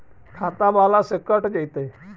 खाता बाला से कट जयतैय?